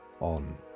on